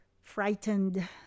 frightened